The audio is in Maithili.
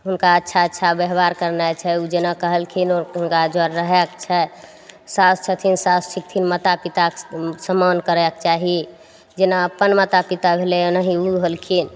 हुनका अच्छा अच्छा व्यवहार करनाइ छै उ जेना कहलखिन हुनका जड़ रहयके छै सास छथिन सास छथिन माता पिता सम्मान करयके चाही जेना अपन माता पिता भेलय ओनाही उ होलखिन